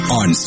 on